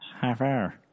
Half-hour